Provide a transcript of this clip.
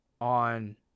on